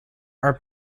are